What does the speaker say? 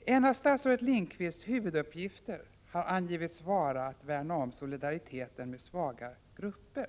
En av statsrådet Lindqvists huvuduppgifter har angivits vara att ”värna om solidariteten med svaga grupper”.